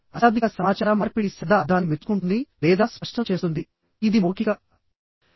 అశాబ్దిక సమాచార మార్పిడి శబ్ద అర్ధాన్ని మెచ్చుకుంటుంది లేదా స్పష్టం చేస్తుంది ఇది మౌఖిక అర్థానికి విరుద్ధంగా ఉండవచ్చు